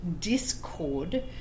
discord